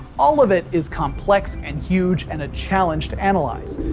all of it is complex and huge and a challenge to analyze.